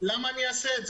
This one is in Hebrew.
למה שאשלם?